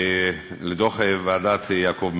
לדוח ועדת יעקב מלץ,